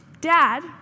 dad